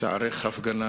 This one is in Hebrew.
תיערך הפגנה